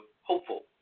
hopeful